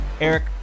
Eric